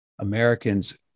Americans